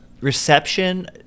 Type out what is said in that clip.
reception